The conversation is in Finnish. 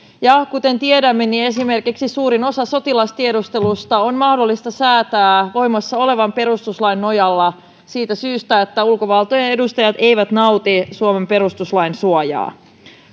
ja kuten tiedämme esimerkiksi suurin osa sotilastiedustelusta on mahdollista säätää voimassa olevan perustuslain nojalla siitä syystä että ulkovaltojen edustajat eivät nauti suomen perustuslain suojaa